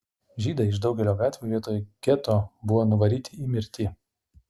žydai iš daugelio gatvių vietoj geto buvo nuvaryti į mirtį